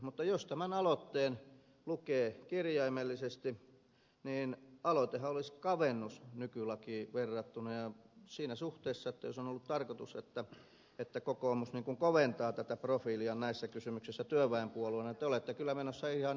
mutta jos tämän aloitteen lukee kirjaimellisesti niin aloitehan olisi kavennus nykylakiin verrattuna ja siinä suhteessa jos on ollut tarkoitus että kokoomus koventaa tätä profiilia näissä kysymyksissä työväenpuolueena te olette kyllä menossa ihan eri suuntaan